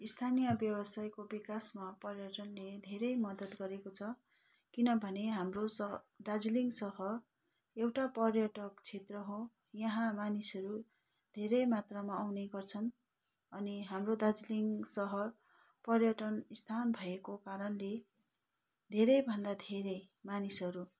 स्थानीय व्यवसायीको विकासमा पर्यटनले धेरै मद्दत गरेको छ किनभने हाम्रो स दार्जिलिङ सहर एउटा पर्यटक क्षेत्र हो यहाँ मानिसहरू धेरै मात्रामा आउने गर्छन् अनि हाम्रो दार्जिलिङ सहर पर्यटन स्थान भएको कारणले धेरैभन्दा धेरै मानिसहरू